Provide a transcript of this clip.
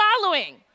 following